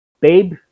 Babe